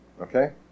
Okay